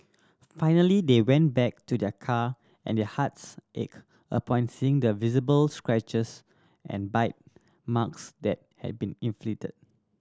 finally they went back to their car and their hearts ached upon seeing the visible scratches and bite marks that had been inflicted